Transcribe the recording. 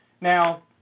Now